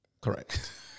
Correct